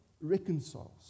reconciles